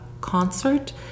concert